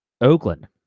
Oakland